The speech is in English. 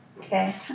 Okay